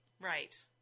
Right